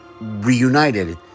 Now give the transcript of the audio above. reunited